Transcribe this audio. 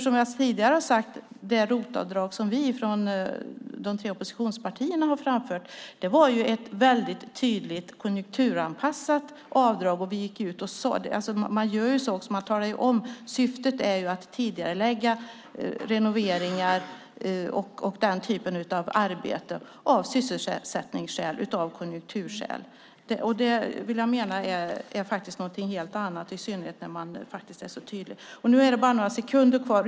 Som jag tidigare har sagt var det ROT-avdrag som vi tre oppositionspartier presenterade ett tydligt konjunkturanpassat avdrag, vilket vi gick ut och sade. Syftet var att tidigarelägga renoveringar och den typen av arbeten av sysselsättningsskäl och konjunkturskäl. Det är något helt annat, och i synnerhet när man är så tydlig med det.